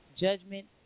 judgment